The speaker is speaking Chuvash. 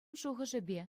шухӑшӗпе